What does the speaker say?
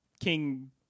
King